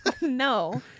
No